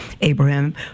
Abraham